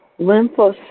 lymphocytes